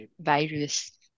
virus